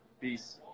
Peace